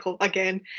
again